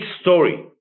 story